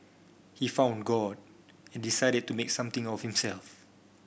he found God and decided to make something of himself